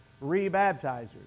re-baptizers